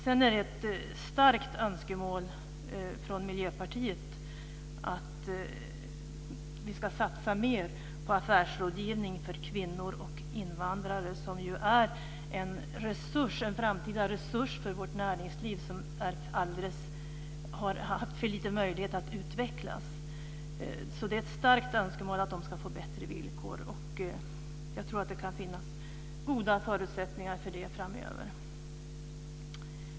Sedan är det ett starkt önskemål från Miljöpartiet att vi ska satsa mer på affärsrådgivning för kvinnor och invandrare som ju är en framtida resurs för vårt näringsliv som har haft för liten möjlighet att utvecklas. Det är ett starkt önskemål att de ska få bättre villkor. Jag tror att det kan finnas goda förutsättningar för det framöver.